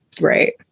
Right